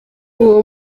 uwo